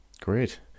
great